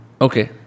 Okay